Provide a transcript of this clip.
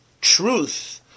truth